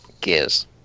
Gears